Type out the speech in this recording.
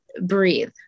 breathe